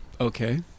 Okay